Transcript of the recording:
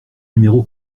numéro